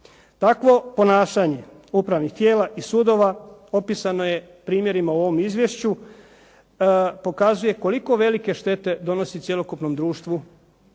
Takvo ponašanje upravnih tijela i sudova opisano je primjerima u ovom izvješću, pokazuje koliko velike štete donosi cjelokupnom društvu